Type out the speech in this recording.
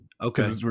Okay